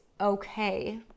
okay